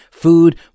Food